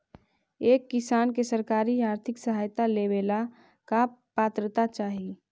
एक किसान के सरकारी आर्थिक सहायता लेवेला का पात्रता चाही?